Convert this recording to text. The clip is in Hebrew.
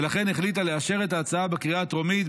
ולכן החליטה לאשר את ההצעה בקריאה הטרומית,